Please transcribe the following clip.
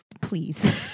Please